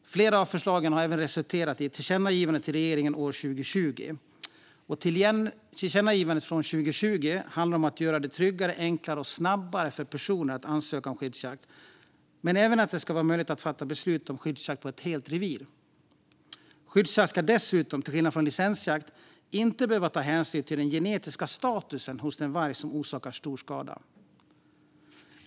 Flera av förslagen har även resulterat i ett tillkännagivande till regeringen år 2020. Tillkännagivandet från 2020 handlar om att göra det tryggare, enklare och snabbare för personer att ansöka om skyddsjakt men även om att det ska vara möjligt att fatta beslut om skyddsjakt på ett helt revir. Vid skyddsjakt ska man dessutom, till skillnad från när det gäller licensjakt, inte behöva ta hänsyn till den genetiska statusen hos den varg som orsakar stor skada.